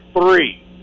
three